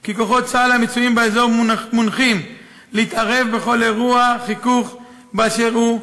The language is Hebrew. כי כוחות צה"ל המצויים באזור מונחים להתערב בכל אירוע חיכוך באשר הוא,